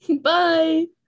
bye